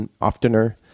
oftener